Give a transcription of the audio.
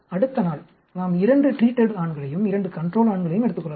அடுத்த நாள் நாம் இரண்டு ட்ரீட்டட் ஆண்களையும் இரண்டு கன்ட்ரோல் ஆண்களையும் எடுத்துக் கொள்ளலாம்